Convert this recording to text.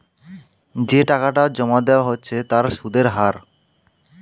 যে টাকাটা জমা দেওয়া হচ্ছে তার সুদের হার